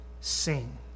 sing